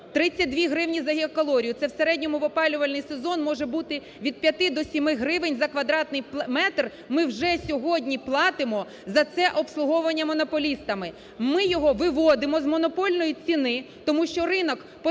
32 гривні за гігакалорію, це в середньому в опалювальний сезон може бути від 5 до 7 гривень за квадратний метр ми вже сьогодні платимо за це обслуговування монополістами. Ми його виводимо з монопольної ціни, тому що ринок поставки